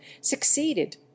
succeeded